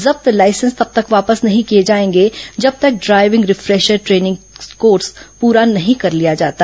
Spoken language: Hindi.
जब्त लाइसेंस तब तक वापस नहीं किए जाएंगे जब तक डायविंग रिफ्रेशर टेनिंग कोर्स पुरा नहीं कर लिया जाता